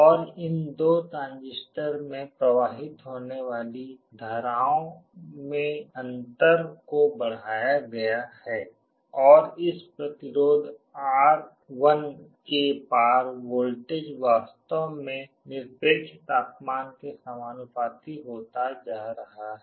और इन दो ट्रांजिस्टर में प्रवाहित होने वाली धाराओं में अंतर को बढ़ाया गया है और इस प्रतिरोध R1 के पार वोल्टेज वास्तव में निरपेक्ष तापमान के समानुपाती होता जा रहा है